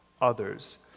others